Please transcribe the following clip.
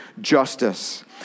justice